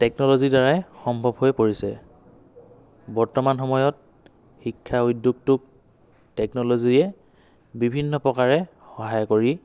টেকনল'জিৰ দ্বাৰাই সম্ভৱ হৈ পৰিছে বৰ্তমান সময়ত শিক্ষা উদ্যোগটোক টেকনল'জিয়ে বিভিন্ন প্ৰকাৰে সহায় কৰি